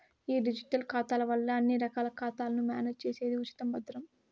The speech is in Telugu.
ఈ డిజిటల్ ఖాతాల వల్ల అన్ని రకాల ఖాతాలను మేనేజ్ చేసేది ఉచితం, భద్రం